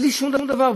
בלי שום דבר,